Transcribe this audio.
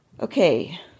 Okay